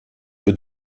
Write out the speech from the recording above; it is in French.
peu